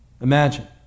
Imagine